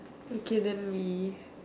okay then we